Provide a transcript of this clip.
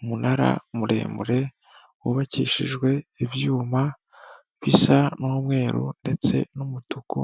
Umunara muremure wubakishijwe ibyuma bisa n'umweru ndetse n'umutuku,